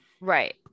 Right